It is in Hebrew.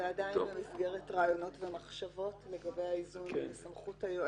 זה עדיין במסגרת רעיונות ומחשבות לגבי האיזון בסמכות היועץ.